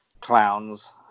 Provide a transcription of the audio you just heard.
clowns